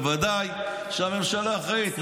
בוודאי שהממשלה אחראית.